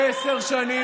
עשר שנים,